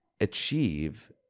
achieve